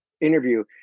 interview